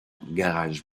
garage